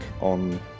on